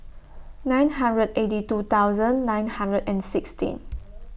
nine hundred eighty two thousand nine hundred and sixteen